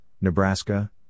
Nebraska